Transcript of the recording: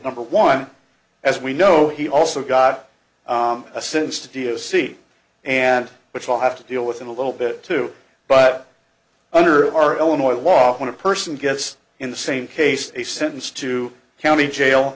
number one as we know he also got a sense to deal see and which we'll have to deal with in a little bit too but under our illinois law when a person gets in the same case a sentenced to county jail